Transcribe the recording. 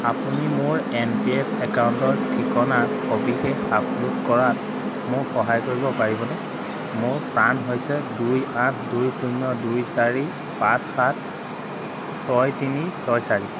আপুনি মোৰ N P S একাউণ্টৰ ঠিকনাৰ সবিশেষ আপল'ড কৰাত মোক সহায় কৰিব পাৰিবনে মোৰ পান হৈছে দুই আঠ দুই শূন্য দুই চাৰি পাঁচ সাত ছয় তিনি ছয় চাৰি